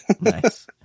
Nice